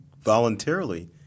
voluntarily